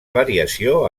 variació